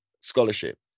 scholarship